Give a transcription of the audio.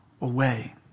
away